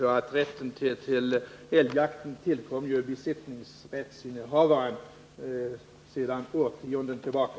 Rätten till älgjakt tillkom besittningsrättsinnehavaren sedan årtionden tillbaka.